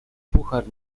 puchar